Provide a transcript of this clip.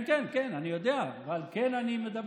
כן, כן, כן, אני יודע, ועל כן אני מדבר.